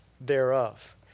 thereof